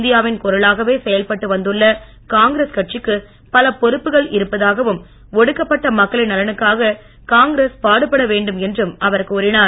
இந்தியாவின் குரலாகவே செயல்பட்டு வந்துள்ள காங்கிரஸ் கட்சிக்கு பல பொறுப்புகள் இருப்பதாகவும் ஒடுக்கப்பட்ட மக்களின் நலனுக்காக காங்கிரஸ் பாடுபட வேண்டும் என்றும் அவர் கூறினார்